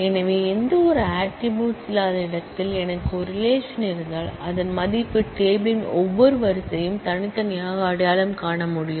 எனவே எந்தவொரு ஆட்ரிபூட்ஸ் இல்லாத இடத்தில் எனக்கு ஒரு ரிலேஷன் இருந்தால் அதன் மதிப்பு டேபிள் ன் ஒவ்வொரு வரிசையையும் தனித்தனியாக அடையாளம் காண முடியும்